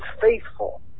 faithful